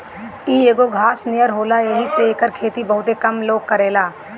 इ एगो घास नियर होला येही से एकर खेती बहुते कम लोग करेला